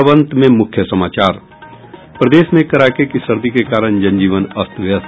और अब अंत में मुख्य समाचार प्रदेश में कड़ाके की सर्दी के कारण जन जीवन अस्त व्यस्त